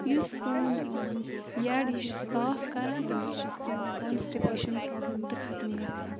یُس سون یڈٕ یہِ چھُ صاف کَران تہٕ بیٚیہِ چھِ سٲنۍ کانسٹِپیشَن پرابلِم تہٕ ختم گَژھان